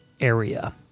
area